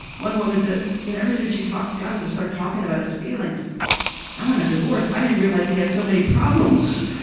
one woman said, you know ever since you got him to start talking about his feelings i want a divorce. i didn't realize he had so many problems